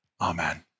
Amen